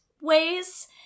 ways